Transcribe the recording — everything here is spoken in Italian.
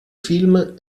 film